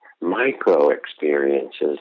micro-experiences